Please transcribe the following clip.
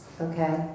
okay